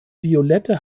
violette